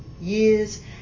years